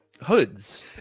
hoods